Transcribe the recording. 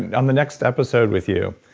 and on the next episode with you,